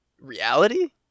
reality